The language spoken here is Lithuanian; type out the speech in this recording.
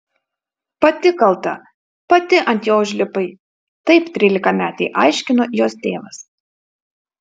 pati kalta pati ant jo užlipai taip trylikametei aiškino jos tėvas